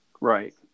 Right